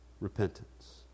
repentance